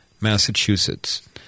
Massachusetts